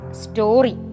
story